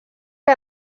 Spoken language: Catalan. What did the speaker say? que